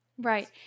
Right